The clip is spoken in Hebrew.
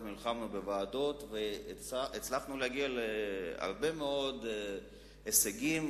אנחנו נלחמנו בוועדות והצלחנו להגיע להרבה מאוד הישגים